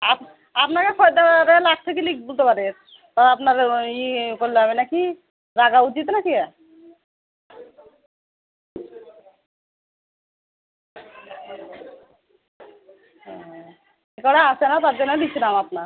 up আপনাকে খদ্দের লাস্টে কি নেব বুঝতে পারা করলে হবে না কি ওরা আসছে না